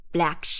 Black